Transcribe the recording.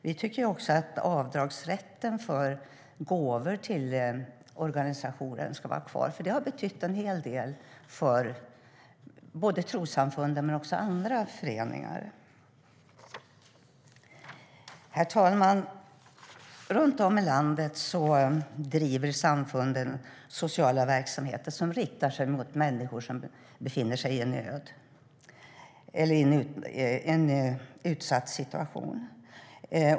Vi tycker också att avdragsrätten för gåvor till organisationer ska vara kvar. Den har betytt en hel del för både trossamfunden och andra föreningar. Herr talman! Runt om i landet driver samfunden sociala verksamheter som riktar sig mot människor som befinner sig i nöd eller i en utsatt situation.